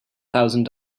thousand